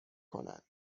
کنند